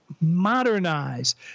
modernize